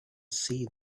see